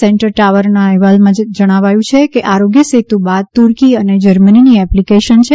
sensor ટાવરના અહેવાલમાં બતાવાયું છે કે આરોગ્ય સેતુ બાદ તુર્કી અને જર્મનીની એપ્લિકેશન છે